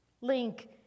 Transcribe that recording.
Link